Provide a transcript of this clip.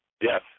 Yes